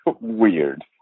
weird